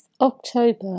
October